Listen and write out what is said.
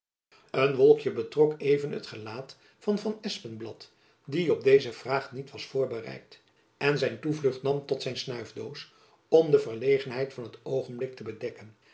een wolkjen betrok even het gelaat van van espenblad die op deze vraag niet was voorbereid en zijn toevlucht nam tot zijn snuifdoos om de verlegenheid van het oogenblik te bedekken